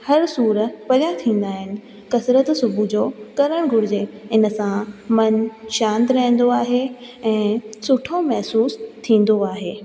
हर सूर परियां थींदा आहिनि कसरत सुबुह जो करणु घुरिजे इन सां मनु शांति रहंदो आहे ऐं सुठो महिसूसु थींदो आहे